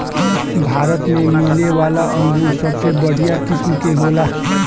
भारत में मिलेवाला अंगूर सबसे बढ़िया किस्म के होला